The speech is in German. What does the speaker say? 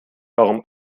warum